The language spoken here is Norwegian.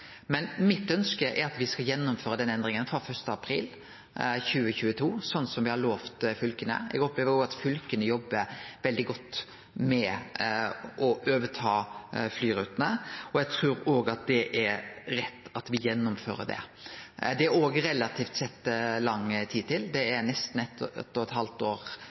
Men mitt ønske er at me skal gjennomføre den endringa frå 1. april 2022, slik me har lova fylka. Eg opplever òg at fylka jobbar veldig godt med å overta flyrutene, og eg trur det er rett at me gjennomfører det. Det er òg relativt sett lang tid til, det er nesten eitt og eit halvt år